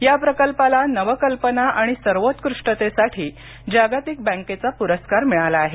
या प्रकल्पाला नवकल्पना आणि सर्वोत्कृष्टतेसाठी जागतिक बँकेचा पुरस्कार मिळाला आहे